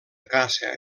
caça